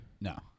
No